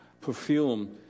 perfume